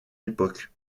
époque